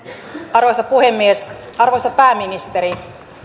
arvoisa puhemies arvoisa pääministeri